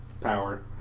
power